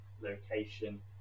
location